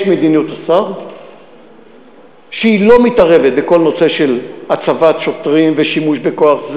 יש מדיניות השר שהיא לא מתערבת בכל נושא של הצבת שוטרים ושימוש בכוח.